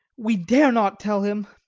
we dare not tell him.